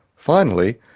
finally,